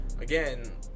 again